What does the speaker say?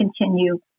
continue